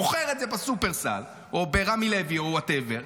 מוכר את זה בשופרסל או ברמי לוי או whatever,